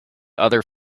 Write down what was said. other